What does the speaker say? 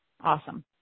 Awesome